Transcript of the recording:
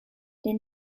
denn